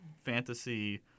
fantasy